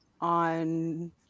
on